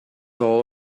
all